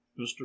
mr